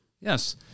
Yes